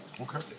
Okay